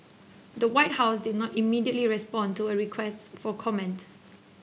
the White House did not immediately respond to a request for comment